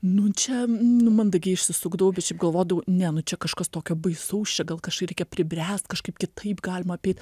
nu čia nu mandagiai išsisukdavau bet šiaip galvodavau ne nu čia kažkas tokio baisus čia gal kažkaip reikia pribręst kažkaip kitaip galima apeit